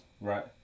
right